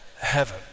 heaven